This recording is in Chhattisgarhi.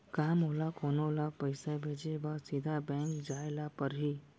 का मोला कोनो ल पइसा भेजे बर सीधा बैंक जाय ला परही?